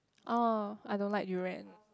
oh I don't like durian